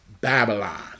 Babylon